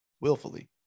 willfully